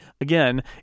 again